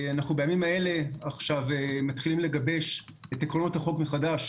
אנחנו בימים האלה מתחילים לגבש את עקרונות החוק מחדש,